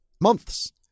months